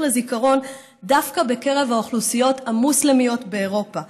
לזיכרון דווקא בקרב האוכלוסיות המוסלמיות באירופה.